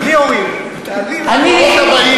אני אבל,